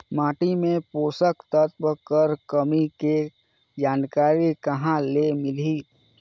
माटी मे पोषक तत्व कर कमी के जानकारी कहां ले मिलही?